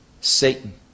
Satan